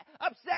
upset